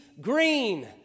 green